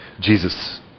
Jesus